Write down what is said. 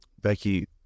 Becky